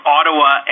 Ottawa